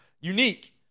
unique